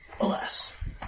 Alas